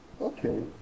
Okay